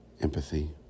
empathy